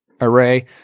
array